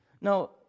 Now